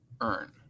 earn